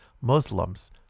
Muslims